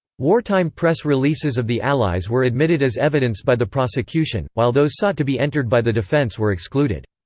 wartime press releases of the allies were admitted as evidence by the prosecution, while those sought to be entered by the defense were excluded.